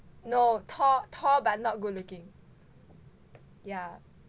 no tall tall but not good looking yeah